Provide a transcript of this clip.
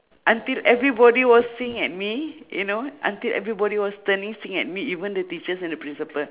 until everybody was seeing at me you know until everybody was turning seeing at me even the teachers and the principal